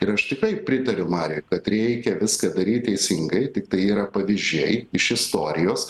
ir aš tikrai pritariu mariui kad reikia viską daryt teisingai tiktai yra pavyzdžiai iš istorijos